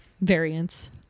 variants